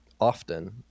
often